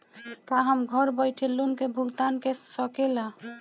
का हम घर बईठे लोन के भुगतान के शकेला?